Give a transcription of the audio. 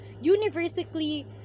universally